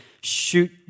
shoot